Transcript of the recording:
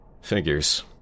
Figures